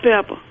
pepper